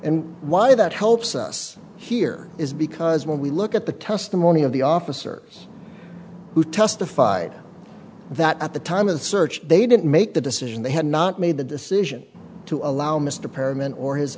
and why that helps us here is because when we look at the testimony of the officers who testified that at the time of the search they didn't make the decision they had not made the decision to allow mr pearman or his